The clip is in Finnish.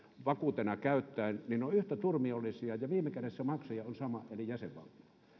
vakuutena käyttäen niin ne ovat yhtä turmiollisia ja viime kädessä maksaja on sama eli jäsenvaltio